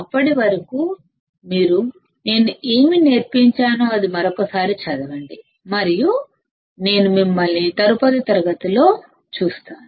అప్పటి వరకు మీరు నేను ఏమి నేర్పించానో అది మరోసారి చదవండి మరియు నేను మిమ్మల్ని తదుపరి తరగతిలో చూస్తాను